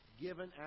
given